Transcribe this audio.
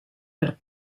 per